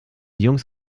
jungs